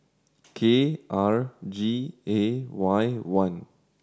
K R G A Y one